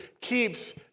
keeps